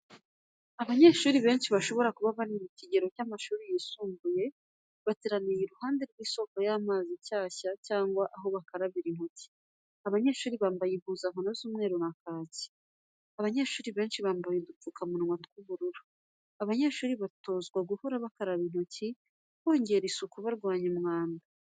Abanyeshuri benshi, bashobora kuba bari mu kigero cy'amashuri yisumbuye, bateraniye iruhande rw'isoko y'amazi nshyashya cyangwa aho bakarabira intoki. Abanyeshuri bambaye impuzankano z'umweru na kaki, abanyeshuri benshi bambaye udupfukamunwa tw'ubururu, abanyeshuri batozwa guhora bakaraba intoki, bongera isuku, barwanya umwanda.